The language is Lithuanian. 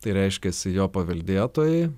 tai reiškiasi jo paveldėtojai